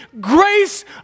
grace